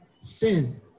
sin